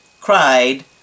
cried